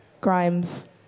Grimes